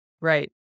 Right